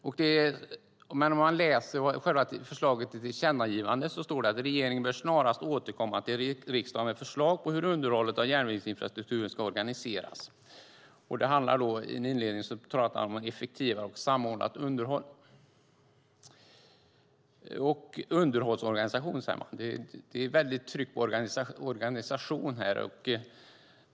I förslaget till tillkännagivande står det så här: Regeringen bör snarast återkomma till riksdagen med förslag på hur underhållet av järnvägsinfrastrukturen ska organiseras. Det handlar om ett effektivt och samordnat underhåll. "Underhållsorganisation" nämner man. Det är ett starkt tryck på detta med organisation här.